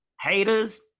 Haters